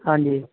ਹਾਂਜੀ